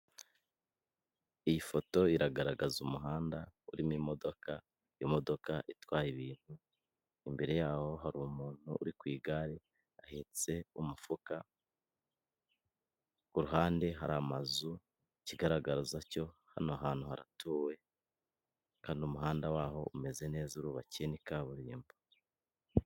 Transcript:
Iyi foto iragaragaza umuhanda urimo imodoka, imodoka itwara ibintu, imbere yaho hari umuntu uri ku igare ahetse umufuka, ku ruhande hari amazu, ikigaragaza cyo hano hantu haratuwe, kandi umuhanda waho umeze neza urubakiye, ni kaburimbo.